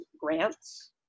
grants